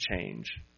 change